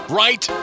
right